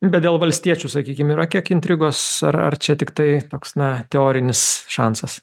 bet dėl valstiečių sakykim yra kiek intrigos ar ar čia tiktai toks na teorinis šansas